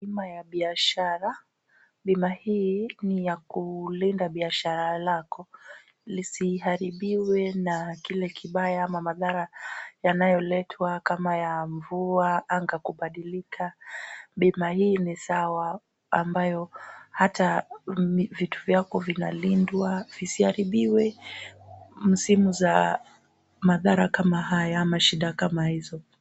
Bima ya biashara ,bima hii ni ya kulinda biashara lako lisiharibiwe na kile kibaya ama madhara yanayoletwa kama ya mvua , anga kubadilika, bima hii ni sawa ambayo hata vitu vyako vinalindwa visiharibiwe msimu za madhara kama haya ama shida kama hizo.